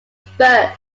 first